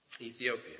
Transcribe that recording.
Ethiopia